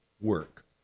Work